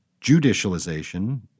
judicialization